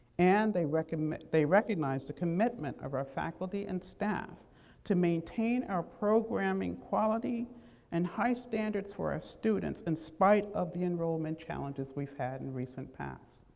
and they recognized they recognized the commitment of our faculty and staff to maintain our programming quality and high standards for our students, in spite of the enrollment challenges we've had in recent past.